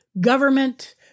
government